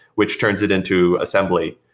which turns it into assembly,